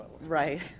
right